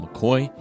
McCoy